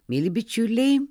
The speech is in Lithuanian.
mieli bičiuliai